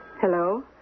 Hello